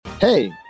Hey